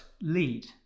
lead